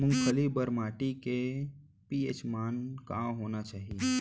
मूंगफली बर माटी के पी.एच मान का होना चाही?